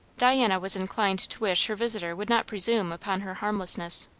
diana was inclined to wish her visitor would not presume upon her harmlessness.